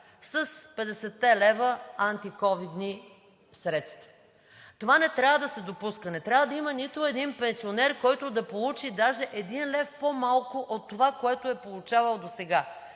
с 50-те лв. антиковидни средства. Това не трябва да се допуска. Не трябва да има нито един пенсионер, който да получи даже един лев по-малко от това, което е получавал досега.